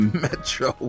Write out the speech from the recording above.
metro